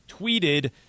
tweeted